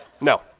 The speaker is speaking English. no